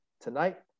tonight